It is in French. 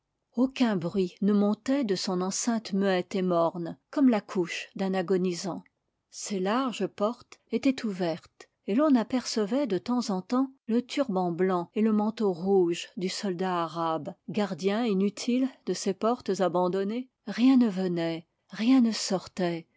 aucun bruit ne montait de son enceinte muette et morne comme la couche d'un agonisant ses larges portes étaient ouvertes et l'on apercevait de temps en temps le turban blanc et le manteau rouge du soldat arabe gardien inutile de ces portes abandonnées rien ne venait rien ne sortait